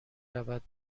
رود